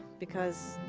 because